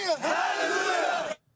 Hallelujah